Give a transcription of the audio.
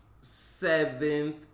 seventh